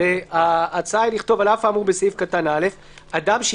עם כל הכבוד, חבר'ה, מה